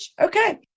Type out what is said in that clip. Okay